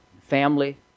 family